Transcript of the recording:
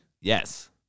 Yes